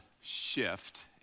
Shift